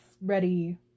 ready